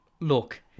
Look